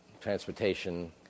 transportation